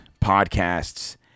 podcasts